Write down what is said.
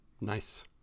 Nice